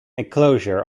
enclosure